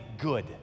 good